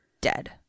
Dead